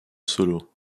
solo